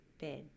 bed